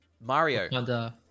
Mario